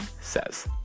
says